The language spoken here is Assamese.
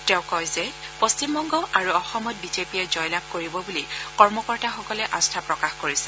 তেওঁ কয় যে পশ্চিমবংগ আৰু অসমত বিজেপিয়ে জয়লাভ কৰিব বুলি কৰ্মকৰ্তাসকলে আস্থা প্ৰকাশ কৰিছে